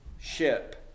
ship